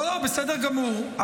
לא, בסדר גמור.